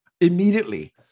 immediately